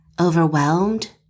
overwhelmed